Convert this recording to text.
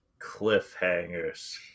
Cliffhangers